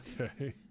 okay